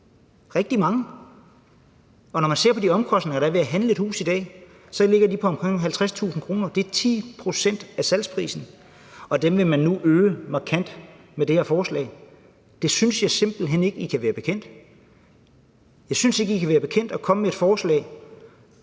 mio. kr., og når man ser på de omkostninger, der er ved at handle et hus i dag, så ligger de på omkring 50.000 kr. – det er 10 pct. af salgsprisen – og dem vil man nu øge markant med det her forslag. Det synes jeg simpelt hen ikke I kan være bekendt. Jeg synes ikke, I kan være bekendt at komme med et forslag,